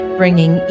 bringing